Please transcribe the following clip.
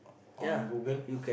on Google